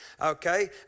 okay